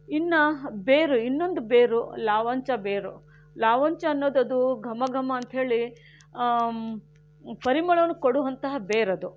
ಇನ್ನು ಬೇರು ಇನ್ನೊಂದು ಬೇರು ಲಾವಂಚ ಬೇರು ಲಾವಂಚ ಅನ್ನೋದು ಅದು ಘಮಘಮ ಅಂತ ಹೇಳಿ ಪರಿಮಳವನ್ನು ಕೊಡುವಂತಹ ಬೇರದು